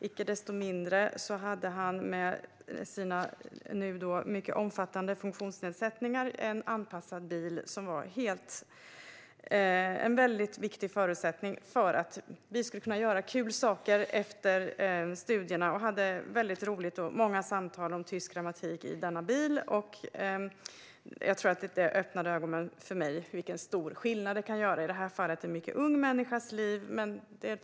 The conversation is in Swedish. Icke desto mindre hade han med sina mycket omfattande funktionsnedsättningar en anpassad bil som var en mycket viktig förutsättning för att vi skulle kunna göra kul saker efter studierna. Vi hade väldigt roligt och många samtal om tysk grammatik i denna bil. Detta tror jag öppnade ögonen för mig när det gäller vilken stor skillnad detta kan göra i en ung människas liv i detta fall.